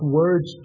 words